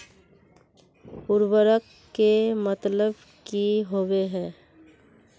उर्वरक के मतलब की होबे है?